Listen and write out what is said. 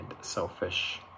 selfish